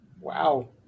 Wow